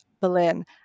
Berlin